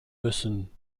müssen